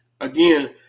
again